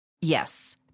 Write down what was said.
Yes